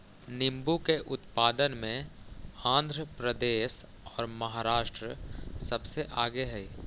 नींबू के उत्पादन में आंध्र प्रदेश और महाराष्ट्र सबसे आगे हई